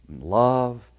love